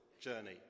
journey